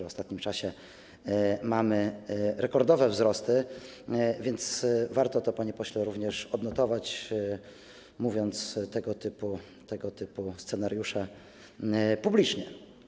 W ostatnim czasie mamy rekordowe wzrosty, więc warto, panie pośle, również to odnotować, mówiąc o tego typu scenariuszach publicznie.